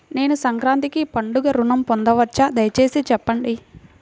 నేను సంక్రాంతికి పండుగ ఋణం పొందవచ్చా? దయచేసి చెప్పండి?